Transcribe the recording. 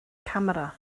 camera